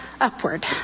upward